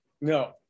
no